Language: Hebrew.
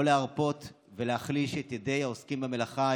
ולא להרפות ולהחליש את ידי העוסקים במלאכה,